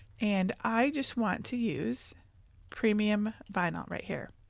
and i just want to use premium vinyl, right here.